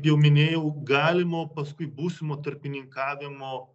jau minėjau galimo paskui būsimo tarpininkavimo